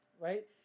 right